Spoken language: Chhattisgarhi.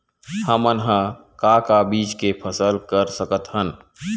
हमन ह का का बीज के फसल कर सकत हन?